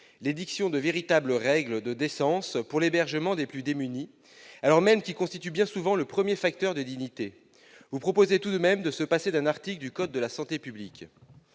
l'édiction de véritables règles de décence pour l'hébergement des plus démunis, alors même que celui-ci constitue bien souvent le premier facteur de dignité. Vous proposez tout de même que l'on se passe d'un article du code de la santé publique